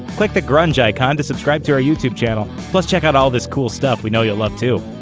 click the grunge icon to subscribe to our youtube channel. plus check out all this cool stuff we know you'll love, too!